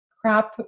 crap